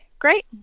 Great